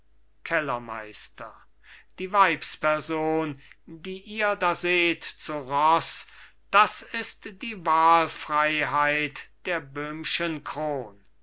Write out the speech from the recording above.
kellermeister die weibsperson die ihr da seht zu roß das ist die wahlfreiheit der böhmschen kron